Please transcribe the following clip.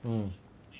mm